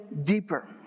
deeper